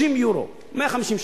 30 יורו, 150 שקל.